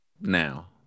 now